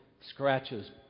scratches